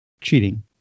cheating